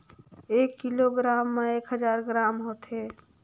एक किलोग्राम म एक हजार ग्राम होथे